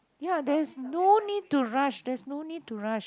ya there's no need to rush there's no need to rush